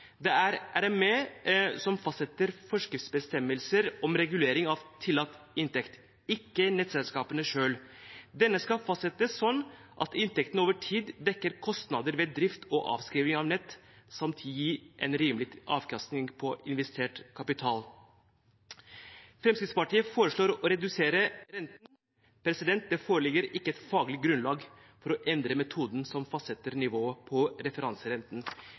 Det er RME, Reguleringsmyndigheten for energi, som fastsetter forskriftsbestemmelser om regulering av tillatt inntekt, ikke nettselskapene selv. Denne skal fastsettes sånn at inntektene over tid dekker kostnader ved drift og avskrivning av nett samt gir en rimelig avkastning på investert kapital. Fremskrittspartiet foreslår å redusere renten. Det foreligger ikke et faglig grunnlag for å endre metoden som fastsetter nivået på referanserenten.